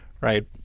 Right